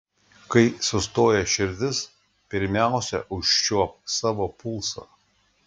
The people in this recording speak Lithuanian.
kai sustoja širdis pirmiausia užčiuopk savo pulsą